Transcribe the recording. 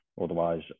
Otherwise